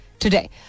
Today